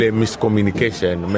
miscommunication